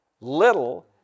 little